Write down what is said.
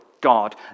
God